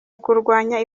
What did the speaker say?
ukurwanya